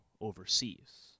overseas